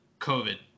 COVID